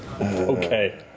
Okay